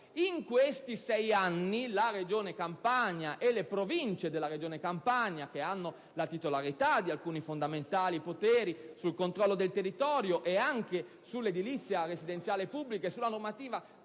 In questi sei anni, la Regione Campania e le Province della Regione Campania, che hanno la titolarità di alcuni fondamentali poteri sul controllo del territorio e anche sull'edilizia residenziale pubblica e sulla normativa